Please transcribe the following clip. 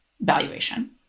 valuation